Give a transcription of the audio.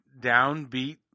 downbeat